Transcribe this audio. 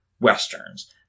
Westerns